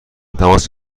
تماس